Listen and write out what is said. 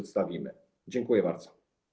Dziękuję bardzo.